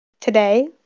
today